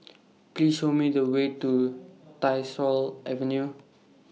Please Show Me The Way to Tyersall Avenue